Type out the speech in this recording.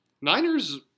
Niners